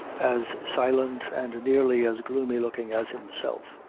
as silent and nearly as gloomy-looking as himself.